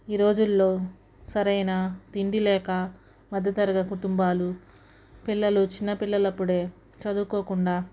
ఈరోజుల్లో సరైన తిండి లేక మధ్య తరగతి కుటుంబాలు పిల్లలు చిన్న పిల్లలు అప్పుడే చదువుకోకుండా